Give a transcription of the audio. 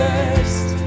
first